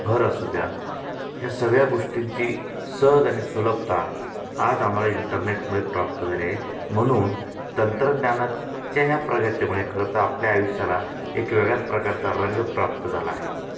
भर असू द्या ह्या सगळ्या गोष्टींची सहज आणि सुलभता आज आम्हाला इंटरनेटमुळे प्राप्त झाले आहे म्हणून तंत्रज्ञानाच्या ह्या प्रगतीमुळे खरंंतर आपल्या आयुष्याला एक वेगळ्याच प्रकारचा रंग प्राप्त झाला आहे